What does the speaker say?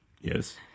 Yes